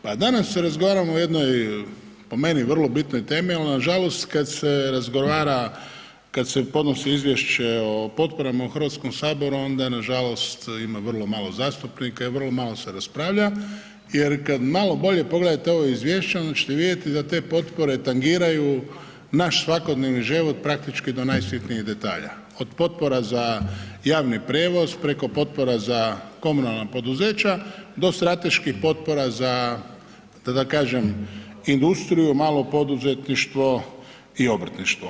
Pa danas razgovaramo o jednoj po meni vrlo bitnoj temi ali nažalost kad se razgovara, kad se podnosi izvješće o potporama u Hrvatskom saboru, onda nažalost ima vrlo malo zastupnika i vrlo malo se raspravlja jer kad malo bolje pogledate ovo izvješće, onda ćete vidjeti da te potpore tangiraju naš svakodnevni život praktički do najsitnijeg detalja, od potpora za javni prijevoz preko potpora za komunalna poduzeća do strateških potpora za da kažem, industriju, malo poduzetništvo i obrtništvo.